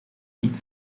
niet